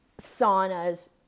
saunas